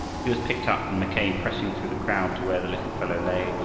he was picked up, and mackay, pressing through the crowd to where the little fellow lay,